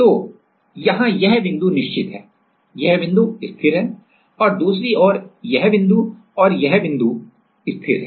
तो यह बिंदु निश्चित है यह बिंदु स्थिर है और दूसरी ओर यह बिंदु और यह बिंदु स्थिर है